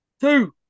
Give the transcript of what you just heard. Two